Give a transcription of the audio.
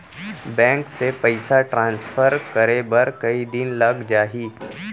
Bank से पइसा transfer करे बर कई दिन लग जाही?